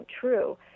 true